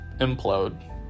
implode